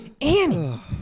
Annie